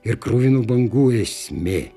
ir kruvinų bangų esmė